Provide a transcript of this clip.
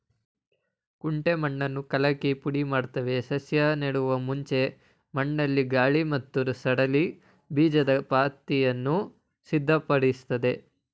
ಕುಂಟೆ ಮಣ್ಣನ್ನು ಕಲಕಿ ಪುಡಿಮಾಡ್ತವೆ ಸಸ್ಯ ನೆಡುವ ಮುಂಚೆ ಮಣ್ಣಲ್ಲಿ ಗಾಳಿ ಮತ್ತು ಸಡಿಲ ಬೀಜದ ಪಾತಿಯನ್ನು ಸಿದ್ಧಪಡಿಸ್ತದೆ